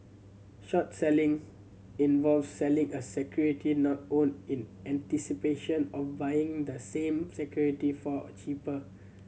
short selling involves selling a security not owned in anticipation of buying the same security for a cheaper